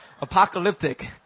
apocalyptic